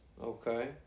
Okay